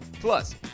Plus